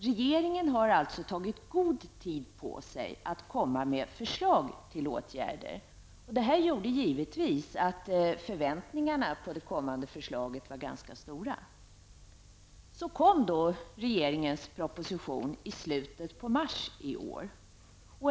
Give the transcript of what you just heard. Regeringen har alltså tagit god tid på sig att komma med förslag till åtgärder. Detta gjorde givetvis att förväntningarna på det kommande förslaget var ganska stora. Så kom då regeringens proposition i slutet av mars i år.